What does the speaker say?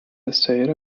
أستعير